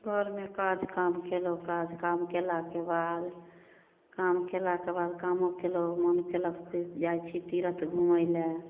घरमे काज काम कएलहुँ काज काम कएलाके बाद काम कएलाके बाद कामो कएलहुँ मोन केलक से जाइ छी तीरथ घुमैलए